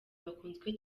bakunzwe